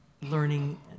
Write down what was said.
learning